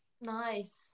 nice